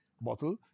bottle